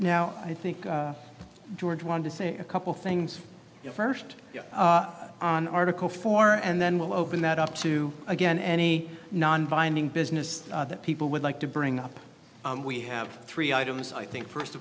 now i think george wanted to say a couple things first on article four and then we'll open that up to again any non binding business that people would like to bring up we have three items i think first